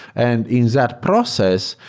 and in that process,